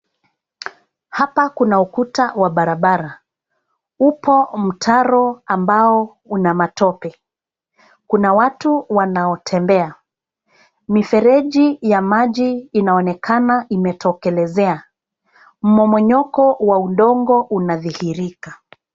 Hapa kuna ukuta wa barabara. Upo mtaro ambao una matope. Kuna watu wanaotembea. Mifereji ya maji inaonekana imetokelezea. Mmomonyoko wa udongo unadhihirika.